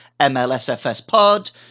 MLSFSPod